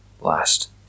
last